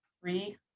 three